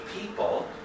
people